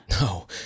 No